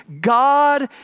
God